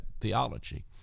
theology